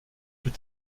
plus